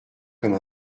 comme